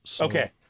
Okay